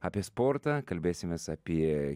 apie sportą kalbėsimės apie